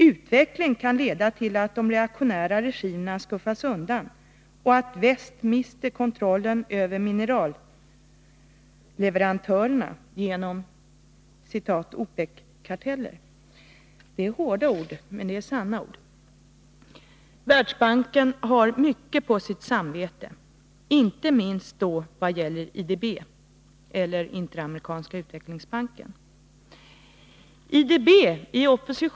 Utveckling kan leda till att de reaktionära regimerna skuffas undan och att väst mister kontrollen över mineralleverantörerna genom ”Opec-karteller”. Det är hårda ord men de är sanna. Världsbanksgruppen har mycket på sitt samvete. Inte minst gäller det IDB, den interamerikanska utvecklingsbanken.